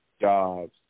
jobs